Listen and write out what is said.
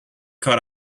coat